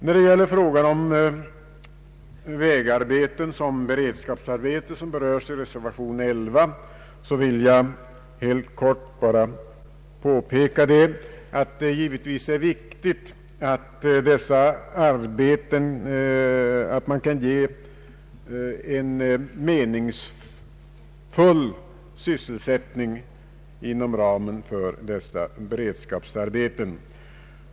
När det gäller frågan om vägarbeten som beredskapsarbete — som berörs i reservation 11 — vill jag helt kort påpeka att det givetvis är viktigt att man kan ge en meningsfull sysselsättning inom ramen för dessa beredskapsarbeten.